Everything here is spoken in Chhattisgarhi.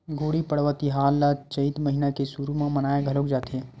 गुड़ी पड़वा तिहार ल चइत महिना के सुरू म मनाए घलोक जाथे